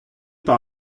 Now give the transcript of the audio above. par